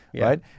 right